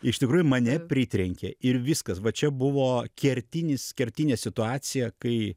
iš tikrųjų mane pritrenkė ir viskas va čia buvo kertinis kertinė situacija kai